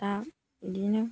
दा बिदिनो